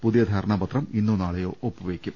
പുതിയ ധാരണാപത്രം ഇന്നോ നാളെയോ ഒപ്പുവെയ്ക്കും